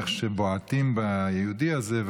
איך שבועטים ביהודי הזה,